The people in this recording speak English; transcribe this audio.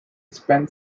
spent